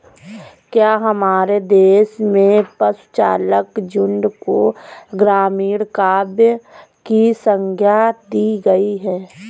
क्या हमारे देश में पशुचारक झुंड को ग्रामीण काव्य की संज्ञा दी गई है?